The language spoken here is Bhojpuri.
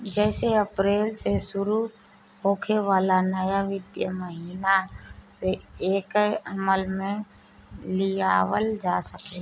जेसे अप्रैल से शुरू होखे वाला नया वित्तीय महिना से एके अमल में लियावल जा सके